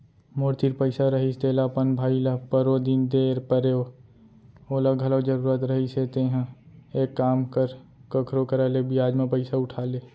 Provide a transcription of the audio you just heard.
मोर तीर पइसा रहिस तेला अपन भाई ल परोदिन दे परेव ओला घलौ जरूरत रहिस हे तेंहा एक काम कर कखरो करा ले बियाज म पइसा उठा ले